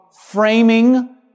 framing